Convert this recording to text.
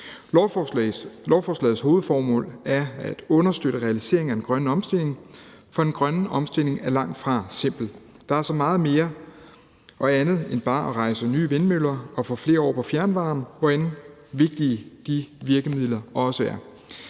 Lovforslagets hovedformål er at understøtte realiseringen af den grønne omstilling, for den grønne omstilling er langtfra simpel. Der er så meget andet og mere end bare at rejse nye vindmøller og få flere over på fjernvarme, hvor vigtige også de virkemidler end er.